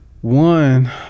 one